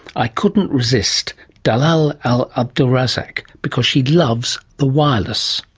i couldn't resist dalal al-abdulrazzak because she loves the wireless.